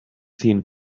seen